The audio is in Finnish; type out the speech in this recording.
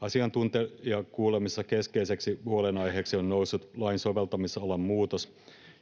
Asiantuntijakuulemisessa keskeiseksi huolenaiheeksi on noussut lain soveltamisalan muutos,